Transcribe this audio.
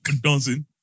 Dancing